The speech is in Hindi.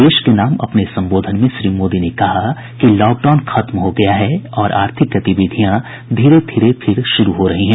देश के नाम अपने संबोधन में श्री मोदी ने कहा कि लॉकडाउन खत्म हो गया है और आर्थिक गतिविधियां धीरे धीरे फिर शुरू हो रही हैं